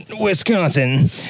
Wisconsin